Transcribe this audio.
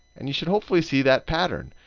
and you should hopefully see that pattern.